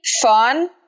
fun